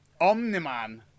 Omniman